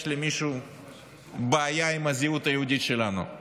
שיש למישהו בעיה עם הזהות היהודית שלנו.